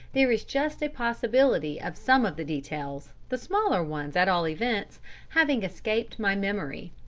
there is just a possibility of some of the details the smaller ones at all events having escaped my memory.